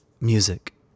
music